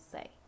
Say